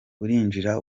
urinjira